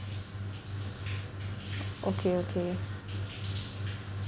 okay okay